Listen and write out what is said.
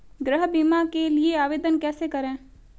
गृह बीमा के लिए आवेदन कैसे करें?